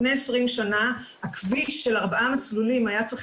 לפני 20 שנה הכביש של ארבעה מסלולים היה צריך